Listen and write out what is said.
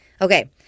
Okay